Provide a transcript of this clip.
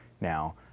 Now